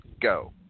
go